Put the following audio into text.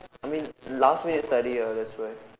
I mean last minute study ah that's why